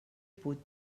put